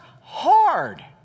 hard